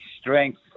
Strength